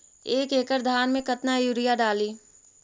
एक एकड़ धान मे कतना यूरिया डाली?